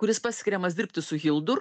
kuris paskiriamas dirbti su hildur